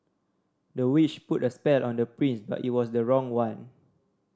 the witch put a spell on the prince but it was the wrong one